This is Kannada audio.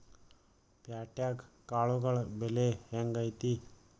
ಪ್ಯಾಟ್ಯಾಗ್ ಕಾಳುಗಳ ಬೆಲೆ ಹೆಂಗ್ ಐತಿ?